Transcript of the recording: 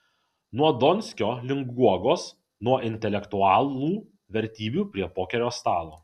nuo donskio link guogos nuo intelektualų vertybių prie pokerio stalo